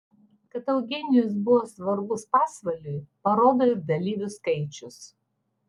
kad eugenijus buvo svarbus pasvaliui parodo ir dalyvių skaičius